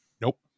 Nope